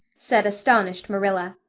said astonished marilla,